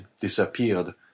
disappeared